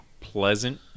pleasant